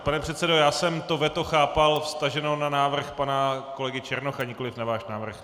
Pane předsedo, já jsem to veto chápal vztaženo na návrh pana kolegy Černocha, nikoli na váš návrh.